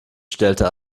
stellte